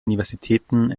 universitäten